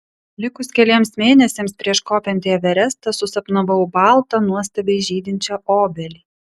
likus keliems mėnesiams prieš kopiant į everestą susapnavau baltą nuostabiai žydinčią obelį